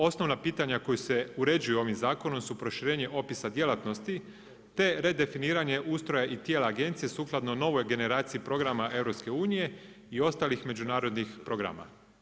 Osnovna pitanja koja se uređuju ovim zakonom su proširenje opisa djelatnosti te redefiniranje ustroja i tijela agencije sukladno novoj generaciji programa EU i ostalih međunarodnih programa.